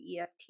EFT